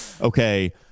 okay